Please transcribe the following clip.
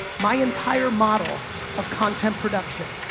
my entire model of content production.